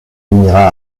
émirats